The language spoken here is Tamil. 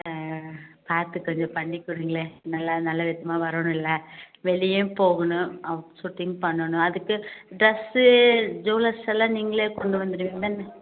பார்த்து கொஞ்சம் பண்ணிக்கொடுங்களேன் நல்லா நல்ல விதமாக வரணும்ல வெளியேவும் போகணும் அவுட் ஷூட்டிங்கும் பண்ணணும் அதுக்கு ட்ரெஸ்ஸு ஜுவல்ஸ்ஸெல்லாம் நீங்களே கொண்டுவந்துவிடுவீங்க தானே